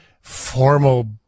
formal